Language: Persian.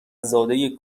زاده